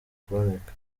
kuboneka